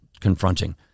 confronting